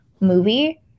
movie